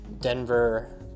Denver